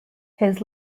his